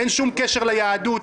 אין שום קשר ליהדות,